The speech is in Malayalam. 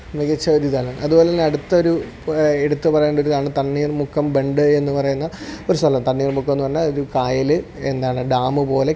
മികച്ച ഒരു ഇതാണ് അതുപോലെ തന്നെ അടുത്ത ഒരു എടുത്തു പറയേണ്ട ഒരു ഇതാണ് തണ്ണീർമുക്കം ബണ്ട് എന്ന് പറയുന്ന ഒരു സ്ഥലം തണ്ണീർമുക്കമെന്ന് പറഞ്ഞ ഒരു കായൽ എന്താണ് ഡാം പോലെ